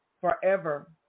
forever